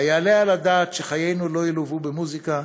היעלה על הדעת שחיינו לא ילוו במוזיקה?